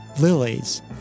lilies